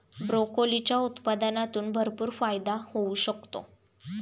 ब्रोकोलीच्या उत्पादनातून भरपूर फायदा होऊ शकतो